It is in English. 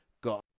got